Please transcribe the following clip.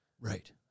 Right